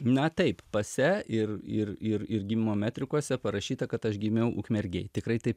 na taip pase ir ir ir ir gimimo metrikuose parašyta kad aš gimiau ukmergėj tikrai taip